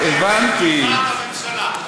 "בתמיכת הממשלה".